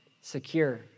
secure